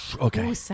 Okay